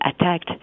attacked